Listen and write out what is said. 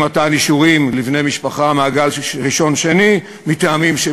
אי-מתן אישורים לבני משפחה ממעגל ראשון ושני מטעמים של